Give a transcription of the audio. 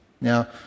Now